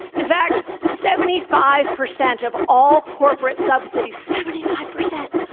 in fact, seventy five percent of all corporate su bsidies, seventy five percent,